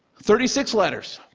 thirty six letters,